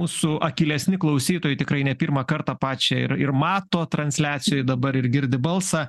mūsų akylesni klausytojai tikrai ne pirmą kartą pačią ir ir mato transliacijoj dabar ir girdi balsą